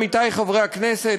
עמיתי חברי הכנסת,